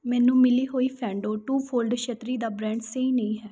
ਮੈਨੂੰ ਮਿਲੀ ਹੋਈ ਫ਼ੈਨਡੋ ਟੂ ਫੋਲਡ ਛੱਤਰੀ ਦਾ ਬ੍ਰੈਂਡ ਸਹੀ ਨਹੀਂ ਹੈ